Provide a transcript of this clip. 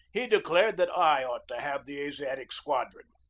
he de clared that i ought to have the asiatic squadron.